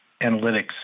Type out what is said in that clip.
analytics